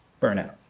burnout